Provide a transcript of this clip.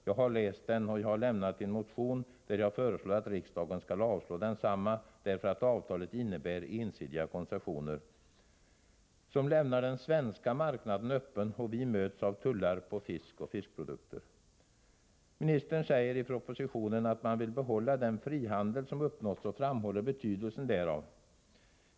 Jag har läst den, och jag har avgivit en motion, där jag föreslår att riksdagen skall avslå propositionen därför att avtalet innebär ensidiga kuncessioner, som lämnar den svenska marknaden öppen, och vi möts av tullar på fisk och fiskprodukter. Ministern säger i propositionen att man vill behålla den frihandel som uppnåtts och framhåller betydelsen därav.